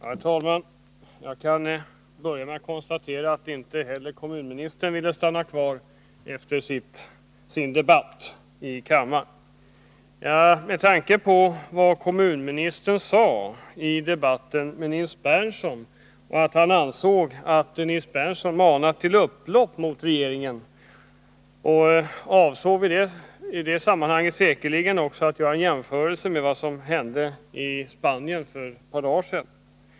Herr talman! Jag kan till att börja med konstatera att inte heller kommunministern ville stanna kvar efter sitt anförande i kammaren. Det som kommunministern sade i debatten med Nils Berndtson — nämligen att han ansåg att Nils Berndtson manade till upplopp mot regeringen — syftade säkerligen på vad som hände i Spanien för ett par dagar sedan.